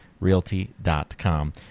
realty.com